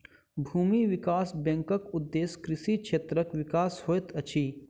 भूमि विकास बैंकक उदेश्य कृषि क्षेत्रक विकास होइत अछि